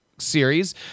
series